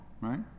right